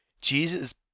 Jesus